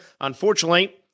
Unfortunately